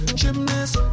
gymnast